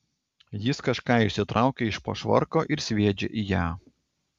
jis kažką išsitraukia iš po švarko ir sviedžia į ją